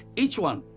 each one,